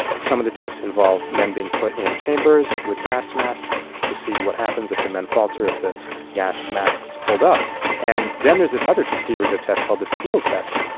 some of the tests involve men being put in chambers with gas masks to see what happens if the men falter, if the gas masks hold up and then there's this other series of tests called the field tests.